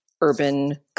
urban